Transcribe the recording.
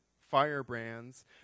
firebrands